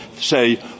say